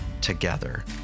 together